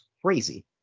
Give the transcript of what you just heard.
crazy